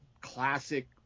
classic